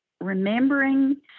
remembering